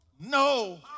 no